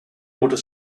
order